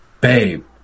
babe